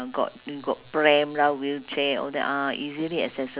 but surprisingly I think I I went on sunday you know